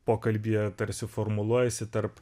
pokalbyje tarsi formuluojasi tarp